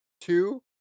Two